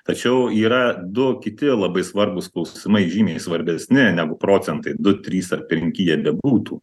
tačiau yra du kiti labai svarbūs klausimai žymiai svarbesni negu procentai du trys ar penki jie bebūtų